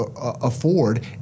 afford